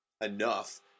enough